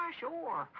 sure